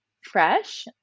fresh